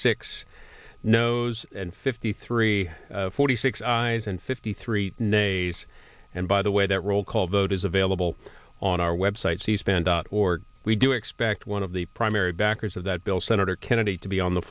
six knows and fifty three forty six eyes and fifty three nays and by the way that roll call vote is available on our web site cspan dot org we do expect one of the primary backers of that bill senator kennedy to be on the